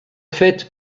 fait